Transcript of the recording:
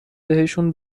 بهشون